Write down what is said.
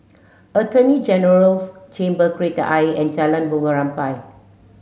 Attorney General's Chambers Kreta Ayer and Jalan Bunga Rampai